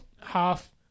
half